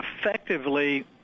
effectively